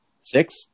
Six